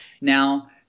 Now